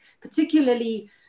particularly